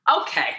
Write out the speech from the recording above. Okay